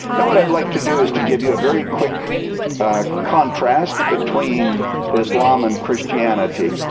now what i'd like to do is to give you a very quick contrast between islam and christianity.